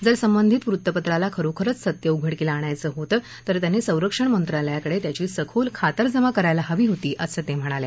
जर संबंधित वृत्तपत्राला खरोखरच सत्य उघडकीला आणायचं होतं तर त्यांनी संरक्षण मंत्रालयाकडे त्याची सखोल खातरजमा करायला हवी होती असं त्या म्हणाल्या